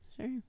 sure